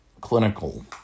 clinical